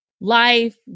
life